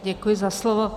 Děkuji za slovo.